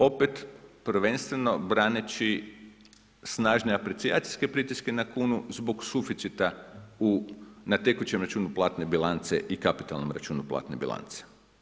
Opet prvenstveno braneći snažne aprecijacijske pritiske na kunu zbog suficita na tekućem računu platne bilance i kapitalnom računu platne bilance.